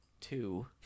two